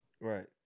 Right